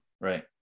right